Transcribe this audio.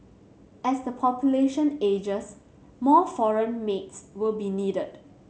as the population ages more foreign maids will be needed